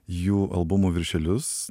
jų albumų viršelius